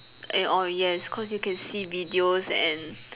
and or yes cause you can see videos and